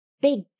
big